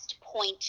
point